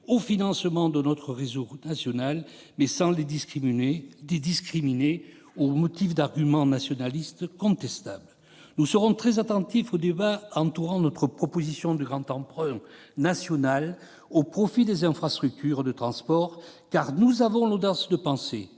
au financement de notre réseau routier national, sans les discriminer sur la base d'arguments nationalistes contestables. Nous serons très attentifs au débat que suscitera notre proposition de grand emprunt national au profit des infrastructures de transport. En effet, nous avons l'audace de penser,